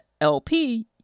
LP